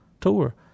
tour